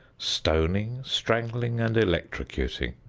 stoning, strangling and electrocuting.